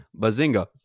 Bazinga